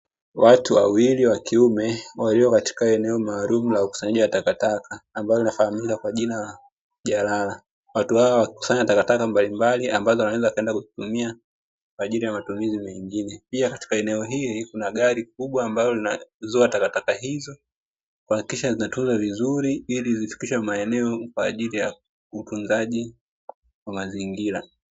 Watu wawili wakiume walio katika eneo maalum linalofanyika watu hawa hukusanya kwaajili ya watu wengine.